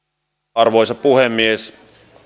arvoisa puhemies